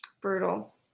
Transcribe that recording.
Brutal